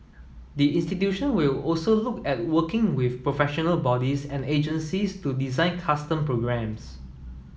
the institution will also look at working with professional bodies and agencies to design custom programmes